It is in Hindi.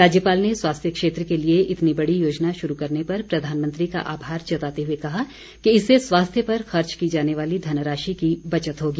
राज्यपाल ने स्वास्थ्य क्षेत्र के लिए इतनी बड़ी योजना शुरू करने पर प्रधानमंत्री का आभार जताते हुए कहा कि इससे स्वास्थ्य पर खर्च की जाने वाली धनराशि की बचत होगी